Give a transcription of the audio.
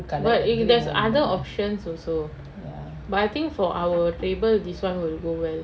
but if there's other options also but I think for our table this one will go well